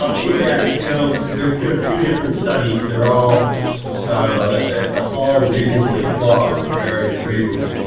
um yeah you know, there's been a few different studies they're all ah all reasonably fraud for various reasons.